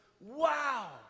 wow